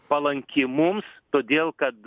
palanki mums todėl kad